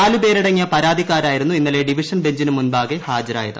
നാല് പേരടങ്ങിയ പരാതിക്കാരായിരുന്നു ഇന്നലെ ഡിവിഷൻ ബെഞ്ചിന് മുമ്പാകെ ഹാജരായത്